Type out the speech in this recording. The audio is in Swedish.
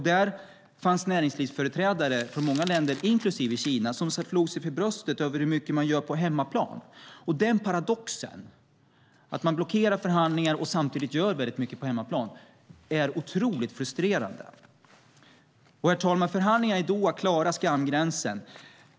Där fanns näringslivsföreträdare från många länder, inklusive Kina, som slog sig för bröstet över hur mycket man gör på hemmaplan. Den paradoxen, att man blockerar förhandlingarna och samtidigt gör väldigt mycket på hemmaplan, är otroligt frustrerande. Herr talman! Förhandlingarna i Doha klarade skamgränsen.